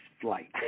flight